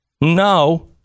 no